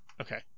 okay